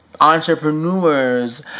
entrepreneurs